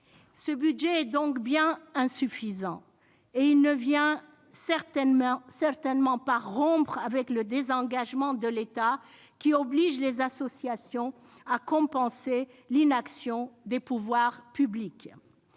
Ce budget est donc bien insuffisant ! Et il ne vient certainement pas rompre avec le désengagement de l'État, qui oblige les associations à compenser l'inaction des pouvoirs publics.